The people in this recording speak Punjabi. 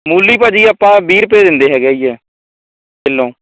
ਮੂਲੀ ਭਾਅ ਜੀ ਆਪਾਂ ਵੀਹ ਰੁਪਏ ਦਿੰਦੇ ਹੈਗੇ ਹੈ ਜੀ ਹੈ ਕਿਲੋਂ